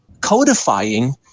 codifying